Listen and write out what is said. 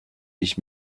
ich